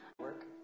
Work